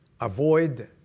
avoid